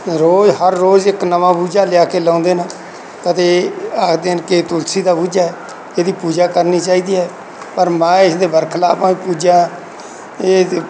ਅਤੇ ਰੋਜ਼ ਹਰ ਰੋਜ਼ ਇੱਕ ਨਵਾਂ ਬੂਝਾ ਲਿਆ ਕੇ ਲਾਉਂਦੇ ਨੇ ਕਦੇ ਆਖਦੇ ਨੇ ਕਿ ਤੁਲਸੀ ਦਾ ਬੂਝਾ ਇਹਦੀ ਪੂਜਾ ਕਰਨੀ ਚਾਹੀਦੀ ਹੈ ਪਰ ਮੈਂ ਇਸ ਦੇ ਬਰਖਿਲਾਫ ਹਾਂ ਪੂਜਾ ਇਹ